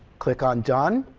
click on done.